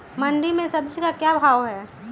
मंडी में सब्जी का क्या भाव हैँ?